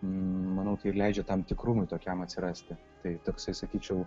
manau tai ir leidžia tam tikrumui tokiam atsirasti tai toksai sakyčiau